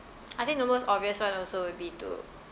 I think the most obvious one also would be to